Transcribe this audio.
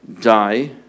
die